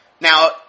Now